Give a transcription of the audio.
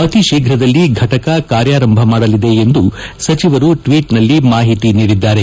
ಅತೀ ಶೀಘದಲ್ಲಿ ಘಟಕ ಕಾರ್ಯಾರಂಭ ಮಾಡಲಿದೆ ಎಂದು ಸಚಿವರು ಟ್ನೀಟ್ನಲ್ಲಿ ಮಾಹಿತಿ ನೀಡಿದ್ದಾರೆ